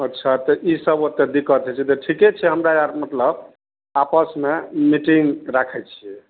अच्छा तऽ ई सब ओतऽ दिक्कत होइ छै तऽ ठीके छै हमरा मतलब आपसमे मीटिंग राखय छियै